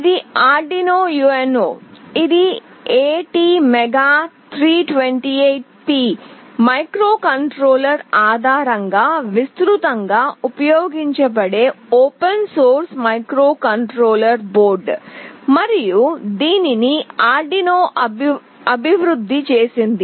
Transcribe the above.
ఇది Arduino UNO ఇది ATmega328P microcontroller ఆధారంగా విస్తృతంగా ఉపయోగించబడే ఓపెన్ సోర్స్ మైక్రోకంట్రోలర్ బోర్డు మరియు దీనిని ఆర్డునో అభివృద్ధి చేసింది